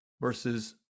versus